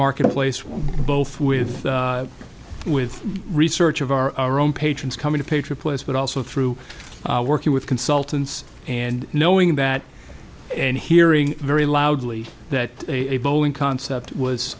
marketplace with both with with research of our own patrons coming to pay for plays but also through working with consultants and knowing that and hearing very loudly that a boeing concept was